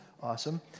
Awesome